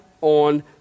on